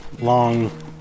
long